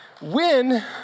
Win